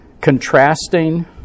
contrasting